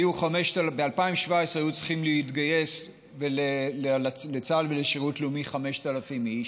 ב-2017 היו צריכים להתגייס לצה"ל ולשירות לאומי 5,000 איש.